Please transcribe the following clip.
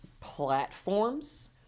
platforms